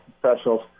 professionals